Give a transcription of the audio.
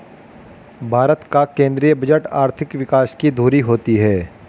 भारत का केंद्रीय बजट आर्थिक विकास की धूरी होती है